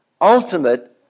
ultimate